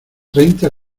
treinta